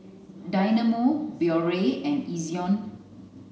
Dynamo Biore and Ezion